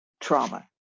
trauma